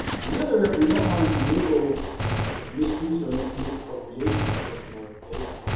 on the other, we don't wanna enable misuse or misappropriation of personal data.